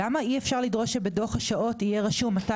למה אי אפשר לדרוש שבדוח השעות יהיה רשום מתי